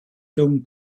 film